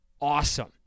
awesome